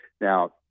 Now